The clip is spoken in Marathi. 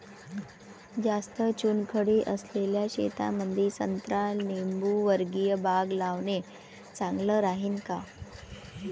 जास्त चुनखडी असलेल्या शेतामंदी संत्रा लिंबूवर्गीय बाग लावणे चांगलं राहिन का?